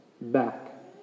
Back